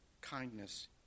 kindness